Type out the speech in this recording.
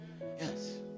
Yes